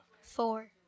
four